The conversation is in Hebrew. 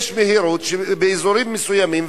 יש דרכים מהירות באזורים מסוימים,